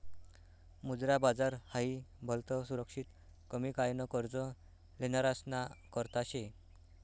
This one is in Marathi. मुद्रा बाजार हाई भलतं सुरक्षित कमी काय न कर्ज लेनारासना करता शे